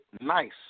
nice